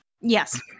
Yes